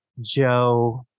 Joe